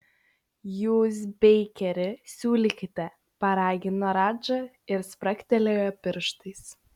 jūs beikeri siūlykite paragino radža ir spragtelėjo pirštais